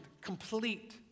complete